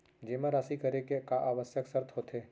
जेमा राशि करे के का आवश्यक शर्त होथे?